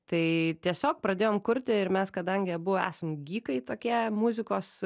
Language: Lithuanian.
tai tiesiog pradėjom kurti ir mes kadangi abu esam gykai tokie muzikos